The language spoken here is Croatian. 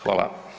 Hvala.